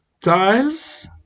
tiles